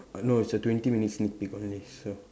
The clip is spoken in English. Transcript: uh no it's a twenty minute sneak peak only so